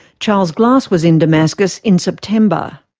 charles glass was in damascus in september.